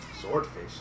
Swordfish